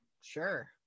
Sure